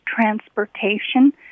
transportation